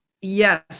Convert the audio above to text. yes